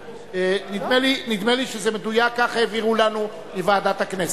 נדמה לי שזה מדויק כך העבירו לנו מוועדת הכנסת.